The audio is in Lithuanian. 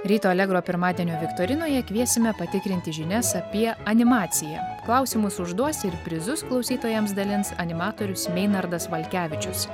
ryto alegro pirmadienio viktorinoje kviesime patikrinti žinias apie animaciją klausimus užduos ir prizus klausytojams dalins animatorius meinardas malkevičius